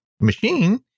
machine